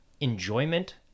enjoyment